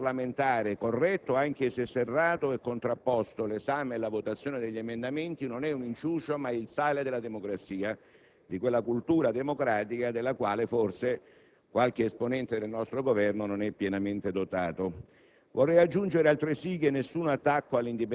Ricordo a questo Ministro che il lavoro parlamentare, corretto anche se serrato e contrapposto, l'esame e la votazione degli emendamenti non rappresentano un inciucio, ma il sale della democrazia, di quella cultura democratica della quale forse qualche esponente del nostro Governo non è pienamente dotato.